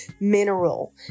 mineral